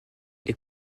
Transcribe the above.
les